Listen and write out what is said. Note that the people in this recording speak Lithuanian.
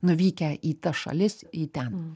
nuvykę į tas šalis į ten